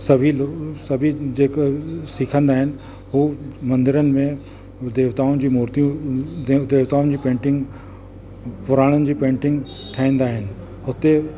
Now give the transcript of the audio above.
सभी सभी जेका सिखंदा आहिनि हू मंदिरनि में देवताउनि जी मुर्तियूं दे देवताउनि जी पेंटिंग पुराणनि जी पेंटिंग ठाहींदा आहिनि हुते